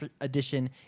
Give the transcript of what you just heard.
Edition